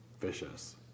vicious